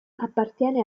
appartiene